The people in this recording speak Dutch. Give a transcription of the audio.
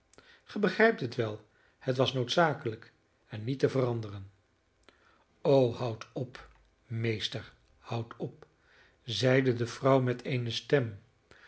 gij begrijpt het wel het was noodzakelijk en niet te veranderen o houd op meester houd op zeide de vrouw met eene stem